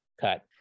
cut